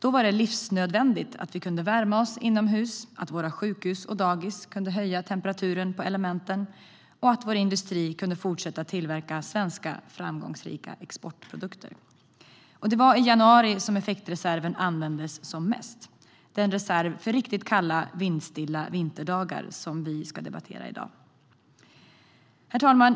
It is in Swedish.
Då var det livsnödvändigt att vi kunde värma oss inomhus, att våra sjukhus och dagis kunde höja temperaturen på elementen och att vår industri kunde fortsätta att tillverka svenska framgångsrika exportprodukter. Det var i januari effektreserven användes som mest, alltså den reserv för riktigt kalla, vindstilla vinterdagar som vi debatterar i dag.